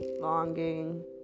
longing